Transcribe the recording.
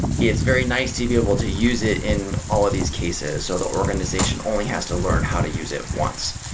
it's very nice to be able to use it in all of these cases. so the organization only has to learn how to use it once.